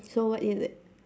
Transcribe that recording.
so what is it